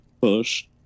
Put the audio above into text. push